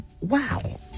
wow